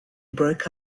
broke